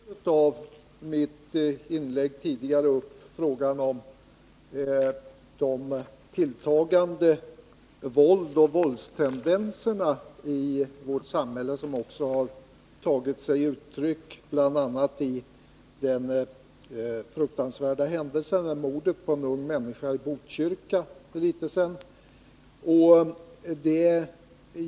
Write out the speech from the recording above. Fru talman! Jag berörde i slutet av mitt tidigare inlägg frågan om de tilltagande våldstendenserna i vårt samhälle, som bl.a. har tagit sig uttryck i den fruktansvärda händelsen — mordet på en ung människa — i Botkyrka för litet sedan.